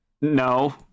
No